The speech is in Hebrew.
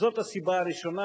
זאת הסיבה הראשונה,